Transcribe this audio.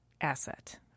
asset